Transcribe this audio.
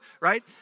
right